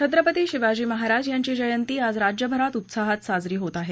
छत्रपती शिवाजी महाराज यांची जयंती आज राज्यभरात उत्साहात साजरी होत आहे